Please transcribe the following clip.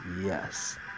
yes